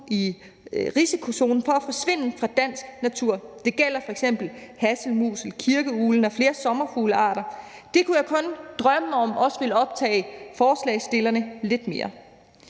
i risikozonen for at forsvinde fra dansk natur. Det gælder f.eks. hasselmusen, kirkeuglen og flere sommerfuglearter. Det kunne jeg kun drømme om også ville optage forslagsstillerne lidt mere.